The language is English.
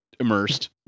immersed